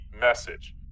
message